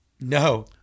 No